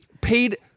paid